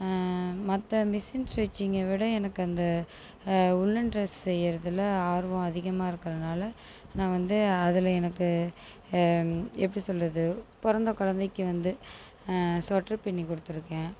மற்ற machine stitching விட எனக்கு அந்த உள்ளன் ட்ரெஸ் நெய்கிறதுள்ள ஆர்வம் அதிகமா இருக்கிறதால நான் வந்து அதில் எனக்கு எப்படி சொல்கிறது பிறந்த குழந்தைக்கு வந்து சொட்டர் பின்னி கொடுத்துருக்கன்